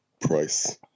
price